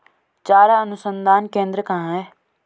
चारा अनुसंधान केंद्र कहाँ है?